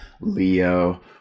Leo